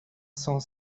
cent